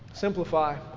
Simplify